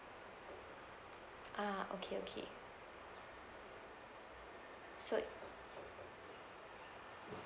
ah okay okay so